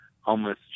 homeless